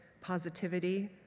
positivity